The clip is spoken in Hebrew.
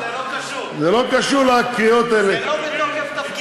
זה לא קשור, זה לא בתוקף תפקידו.